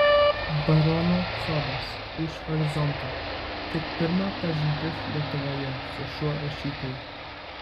barono sodas už horizonto tik pirma pažintis lietuvoje su šiuo rašytoju